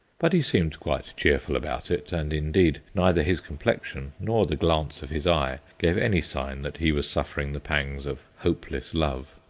but he seemed quite cheerful about it, and indeed neither his complexion nor the glance of his eye gave any sign that he was suffering the pangs of hopeless love.